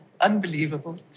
unbelievable